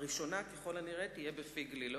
הראשונה ככל הנראה, תהיה בפי-גלילות.